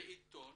לעיתון